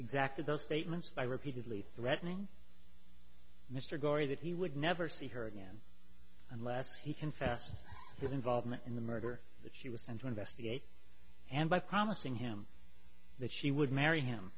exactly those statements by repeatedly threatening mr gauri that he would never see her again unless he confessed his involvement in the murder that she was sent to investigate and by promising him that she would marry him